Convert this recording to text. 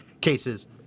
cases